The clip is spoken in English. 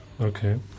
Okay